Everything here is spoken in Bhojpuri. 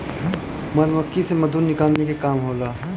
मधुमक्खी से मधु निकाले के काम होला